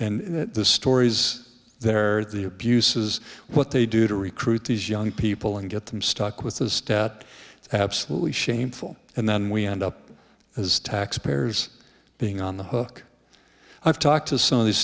and the story is they're the abuses what they do to recruit these young people and get them stuck with those that absolutely shameful and then we end up as taxpayers being on the hook i've talked to some of these